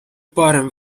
parem